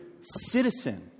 citizen